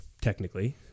technically